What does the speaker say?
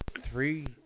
three